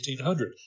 1800